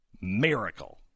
Miracle